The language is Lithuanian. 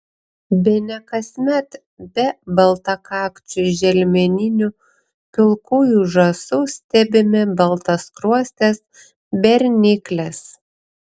bene kasmet be baltakakčių želmeninių pilkųjų žąsų stebime baltaskruostes bernikles